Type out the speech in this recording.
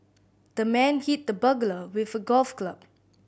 the man hit the burglar with a golf club